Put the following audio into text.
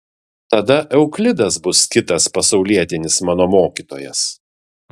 tada euklidas bus kitas pasaulietinis mano mokytojas